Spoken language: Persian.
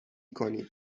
کنید